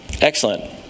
Excellent